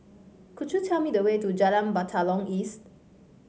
could you tell me the way to Jalan Batalong East